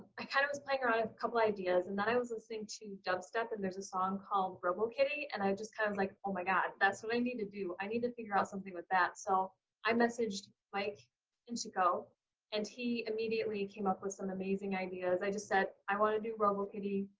i kind of was playing around couple ideas and then i was listening to dubstep and there's a song called robokitty and i just kind of like, oh my god, that's what i need to do. i need to figure out something with that. so i messaged mike inscho and he immediately came up with some amazing ideas. i just said, i want to do robokitty,